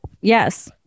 Yes